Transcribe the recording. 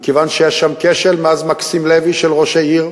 מכיוון שהיה שם כשל מאז מקסים לוי, של ראש העיר,